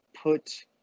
put